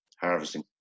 harvesting